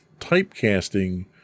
typecasting